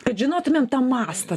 kad žinotumėm tą mastą